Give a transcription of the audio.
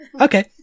okay